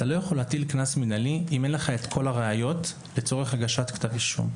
אתה לא יכול להטיל קנס מנהלי אם אין לך כל הראיות לצורך הגשת כתב אישום.